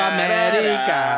America